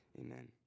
amen